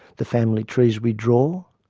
the family trees we draw.